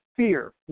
Fear